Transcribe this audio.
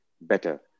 better